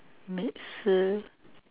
meet Sue